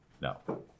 no